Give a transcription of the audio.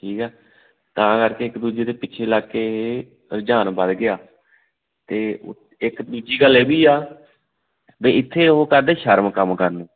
ਠੀਕ ਹੈ ਤਾਂ ਕਰਕੇ ਇੱਕ ਦੂਜੇ ਦੇ ਪਿੱਛੇ ਲੱਗ ਕੇ ਰੁਝਾਨ ਵੱਧ ਗਿਆ ਅਤੇ ਉ ਇੱਕ ਤੀਜੀ ਗੱਲ ਇਹ ਵੀ ਆ ਬਈ ਇੱਥੇ ਉਹ ਕਰਦੇ ਸ਼ਰਮ ਕੰਮ ਕਰਨ ਨੂੰ